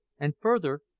and further,